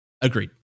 Agreed